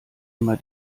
immer